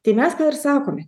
tai mes sakome